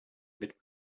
mit